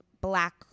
black